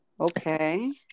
Okay